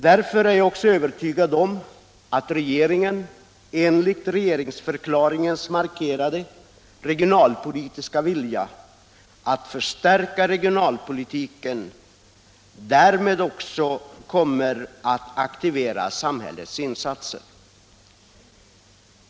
Därför är jag övertygad om att regeringen i enlighet med den i regeringsförklaringen markerade regionalpolitiska viljan också kommer att aktivera samhällets insatser.